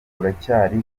uracyari